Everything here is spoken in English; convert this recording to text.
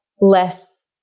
less